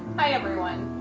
hi, everyone.